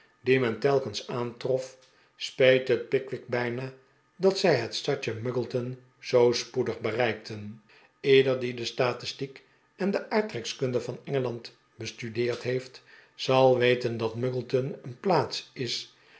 die men telkens aantrof speet het pickwick bijna dat zij het stadje muggleton zoo spoedig bereikten ieder die de statistiek en de aardrijkskunde van engeland bestudeer d heeft zal weten dat muggleton een plaats is